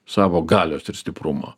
savo galios ir stiprumo